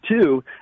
two